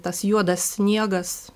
tas juodas sniegas